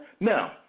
Now